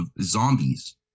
zombies